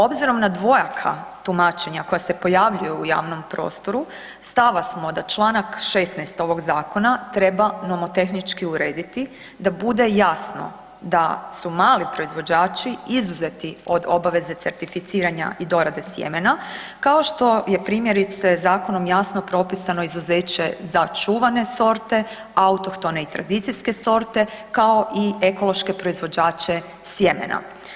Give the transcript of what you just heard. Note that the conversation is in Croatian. Obzirom na dvojaka tumačenja koja se pojavljuju u javnom prostoru, stava smo da čl. 16.ovog zakona treba nomotehnički urediti da bude jasno da su mali proizvođači izuzeti od obaveze certificiranja i dorade sjemena kao što je primjerice zakonom jasno propisano izuzeće za čuvane sorte, autohtone i tradicijske sorte kao i ekološke proizvođače sjemena.